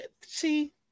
see